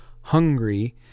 hungry